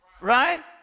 Right